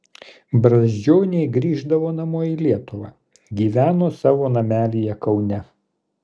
brazdžioniai grįždavo namo į lietuvą gyveno savo namelyje kaune